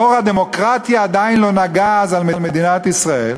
אור הדמוקרטיה עדיין לא נגהּ אז על מדינת ישראל,